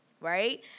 right